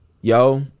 yo